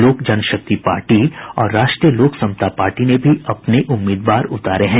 लोक जनशक्ति पार्टी और राष्ट्रीय लोक समता पार्टी ने भी अपने उम्मीदवार उतारे हैं